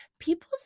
People